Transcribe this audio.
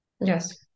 Yes